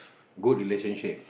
good relationship